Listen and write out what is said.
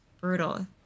brutal